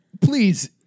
Please